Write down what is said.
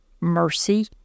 mercy